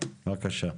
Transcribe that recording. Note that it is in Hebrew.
בבקשה.